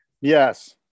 Yes